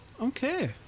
Okay